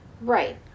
right